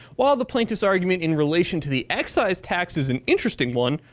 while the plaintiffs' argument in relation to the excise tax is an interesting one,